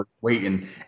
waiting